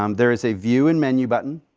um there is a view and menu button.